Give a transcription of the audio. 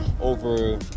over